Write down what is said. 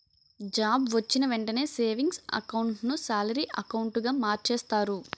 job వొచ్చిన వెంటనే savings account ను సాలరీ అకౌంటుగా మార్చేస్తారు